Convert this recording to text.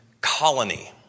colony